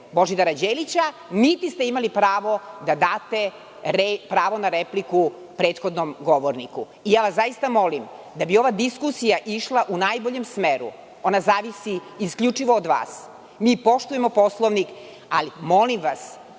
Božidara Đelića, niti ste imali pravo da date pravo na repliku prethodnom govorniku. Zaista vas molim da bi ova diskusija išla u najboljem smeru, ona zavisi isključivo od vas. Mi poštujemo poslovnik, ali molim vas,